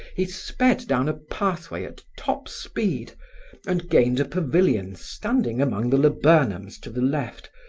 he sped down a pathway at top speed and gained a pavillion standing among the laburnums to the left,